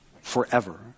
forever